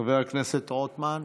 חבר הכנסת רוטמן,